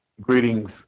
Greetings